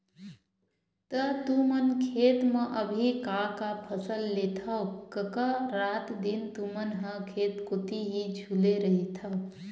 त तुमन खेत म अभी का का फसल लेथव कका रात दिन तुमन ह खेत कोती ही झुले रहिथव?